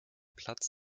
platz